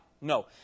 No